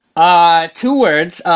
ah two words,